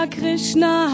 Krishna